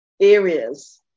areas